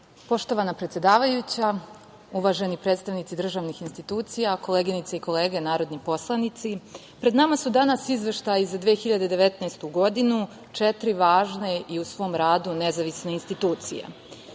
Poštovana predsedavajuća, uvaženi predstavnici državnih institucija, koleginice i kolege narodni poslanici, pred nama su danas izveštaji za 2019. godinu, četiri važne i u svom radu nezavisne institucije. Ne